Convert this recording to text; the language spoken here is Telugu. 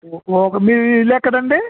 ఓకే మీది ఇల్లు ఎక్కడ అండి